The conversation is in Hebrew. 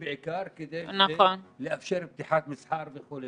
ובעיקר את הבריאים, כדי לאפשר פתיחה של מסחר וכו'.